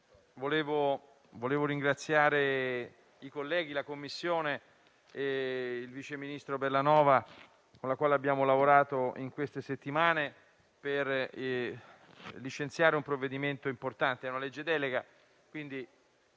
vorrei ringraziare i colleghi della Commissione e il vice ministro Bellanova, con la quale abbiamo lavorato in queste settimane per licenziare un provvedimento importante. È una legge delega